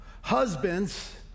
Husbands